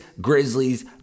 Grizzlies